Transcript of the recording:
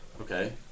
Okay